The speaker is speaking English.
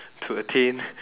to attain